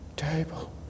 table